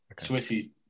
Swissies